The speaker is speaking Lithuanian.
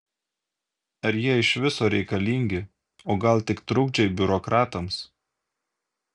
ar jie iš viso reikalingi o gal tik trukdžiai biurokratams